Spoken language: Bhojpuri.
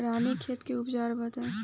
रानीखेत के उपचार बताई?